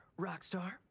Rockstar